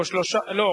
לא,